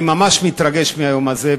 אני ממש מתרגש מהיום הזה,